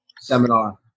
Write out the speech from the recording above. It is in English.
seminar